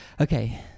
Okay